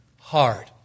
hard